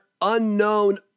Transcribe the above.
unknown